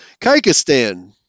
Kyrgyzstan